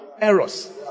errors